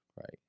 right